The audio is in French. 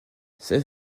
c’est